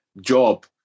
job